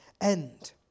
end